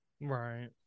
Right